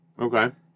Okay